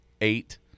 eight